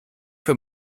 für